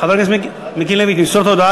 חבר הכנסת מיקי לוי,